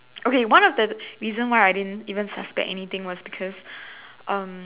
okay one of the reason why I didn't even suspect anything was because um